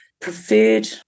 preferred